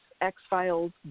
X-Files